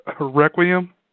requiem